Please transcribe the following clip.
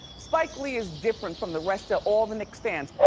spike lee is different from the rest of all the knicks fans.